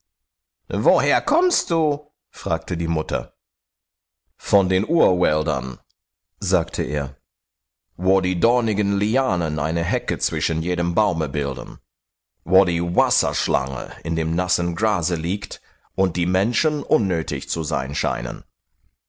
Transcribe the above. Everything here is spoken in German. woher kommst du fragte die mutter von den urwäldern sagte er wo die dornigen lianen eine hecke zwischen jedem baume bilden wo die wasserschlange in dem nassen grase liegt und die menschen unnötig zu sein scheinen